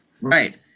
Right